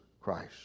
Christ